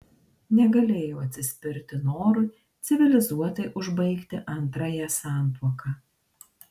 negalėjo atsispirti norui civilizuotai užbaigti antrąją santuoką